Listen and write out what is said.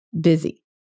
Busy